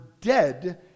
dead